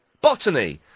botany